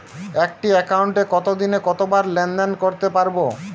একটি একাউন্টে একদিনে কতবার লেনদেন করতে পারব?